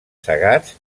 segats